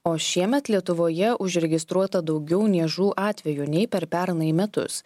o šiemet lietuvoje užregistruota daugiau niežų atvejų nei per pernai metus